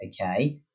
okay